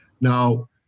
Now